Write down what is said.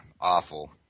awful